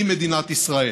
היא מדינת ישראל".